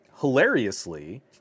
Hilariously